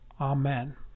Amen